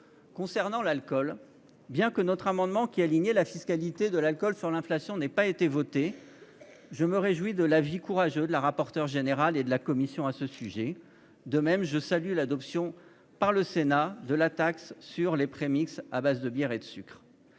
interdits. Bien que notre amendement visant à aligner la fiscalité de l'alcool sur l'inflation n'ait pas été adopté, je me réjouis de l'avis courageux qu'il a reçu de la rapporteure générale et de la commission. De même, je salue l'adoption par le Sénat de la taxe sur les prémix à base de bière et de sucre.